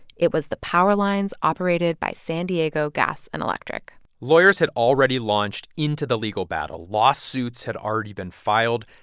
it was the power lines operated by san diego gas and electric lawyers had already launched into the legal battle. lawsuits had already been filed.